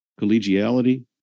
collegiality